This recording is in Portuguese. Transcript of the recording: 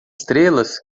estrelas